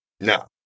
no